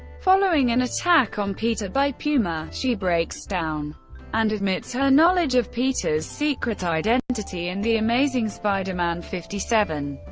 following an attack on peter by puma, she breaks down and admits her knowledge of peter's secret identity in the amazing spider-man fifty seven.